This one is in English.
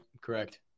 correct